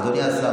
אדוני השר,